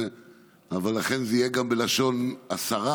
ולכן זה יהיה גם בלשון השרה,